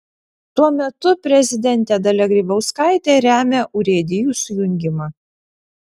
tuo metu prezidentė dalia grybauskaitė remia urėdijų sujungimą